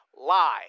lie